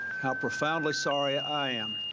how profoundly sorry i am